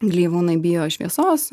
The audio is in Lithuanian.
gleivūnai bijo šviesos